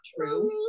true